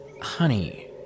Honey